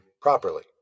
properly